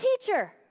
teacher